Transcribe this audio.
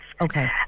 Okay